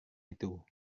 itu